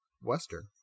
Western